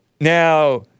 now